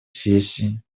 сессии